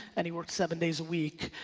and he worked seven days a week.